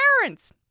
parents